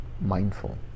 mindful